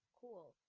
Cool